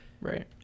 Right